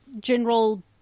general